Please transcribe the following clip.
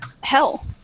Hell